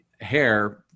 hair